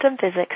physics